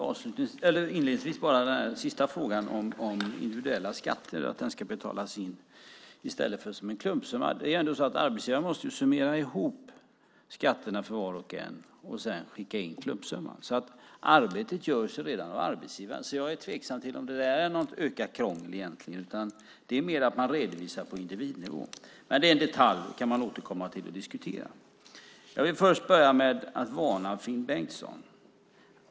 Fru talman! Inledningsvis vill jag kommentera den sista frågan om individuella skatter i stället för att betala in skatten som en klumpsumma. Arbetsgivaren måste summera skatterna för var och en och sedan skicka in klumpsumman. Det arbetet görs redan av arbetsgivaren. Jag är tveksam till om det är något ökat krångel. Det är mer att man redovisar på individnivå. Men det är en detalj som man kan återkomma till och diskutera. Jag vill börja med att varna Finn Bengtsson.